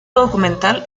documental